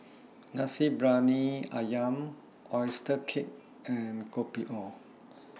Nasi Briyani Ayam Oyster Cake and Kopi O